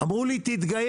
אמרו לי תתגייר.